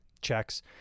checks